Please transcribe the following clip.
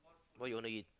what you want to eat